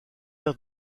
aire